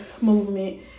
movement